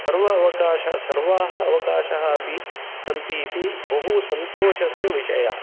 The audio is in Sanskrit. सर्व अवकाशः सर्वाः अवकाशाः अपि सन्ति इति बहु सन्तोषस्य विषयः